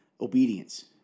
obedience